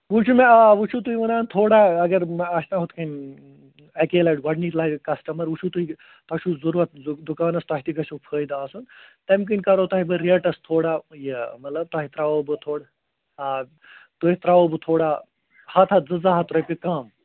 وۅنۍ چھُ مےٚ آ وۅنۍ چھُو تُہۍ وَنان تھوڑا اَگر آسہِ نا ہُتھٕ کٔنۍ اکی لَٹہِ گۄڈٕنِچ لَٹہِ کَسٹٕمَر وۅنۍ چھُو تُہۍ تۄہہِ چھُو ضروٗرت دُکانَس تۄہہِ تہِ گژھٮ۪و فٲیِدٕ آسُن تٔمۍ کِنۍ کَرہو تۄہہِ بہٕ ریٹَس تھوڑا یہِ مطلب تۄہہِ ترٛاوَو بہٕ تھوڑا آ تۄہہِ ترٛاوَو بہٕ تھوڑا ہَتھ ہَتھ زٕ زٕ ہَتھ رۄپیہِ کَم